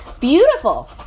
beautiful